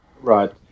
right